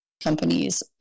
companies